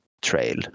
trail